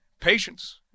patience